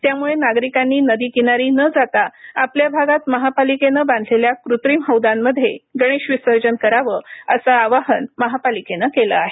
त्यामुळे नागरिकांनी नदी किनारी न जाता आपल्या भागात महापालिकेनं बांधलेल्या कृत्रिम हौदांमध्ये गणेश विसर्जन करावं असं आवाहन महापालिकेनं केलं आहे